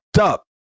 up